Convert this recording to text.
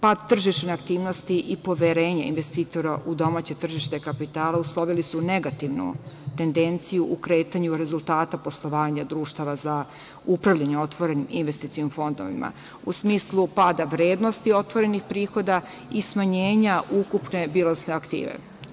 Pad tržišne aktivnosti i poverenje investitora u domaće tržište kapitala uslovili su negativnu tendenciju u kretanju rezultata poslovanja društava za upravljanje otvorenim investicionim fondovima u smislu pada vrednosti otvorenih prihoda i smanjenja ukupne bilansne aktive.